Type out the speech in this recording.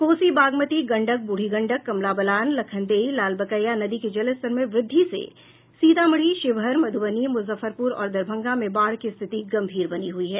कोसी बागमती गंडक ब्रूढ़ी गंडक कमला बलान लखनदेई लालबकैया नदी के जलस्तर में वृद्धि से सीतामढ़ी शिवहर मध्रबनी मुजफ्फरपुर और दरभंगा में बाढ़ की स्थिति गंभीर बनी हुई है